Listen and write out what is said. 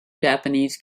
japanese